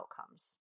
outcomes